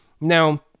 Now